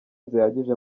zihagije